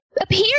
appear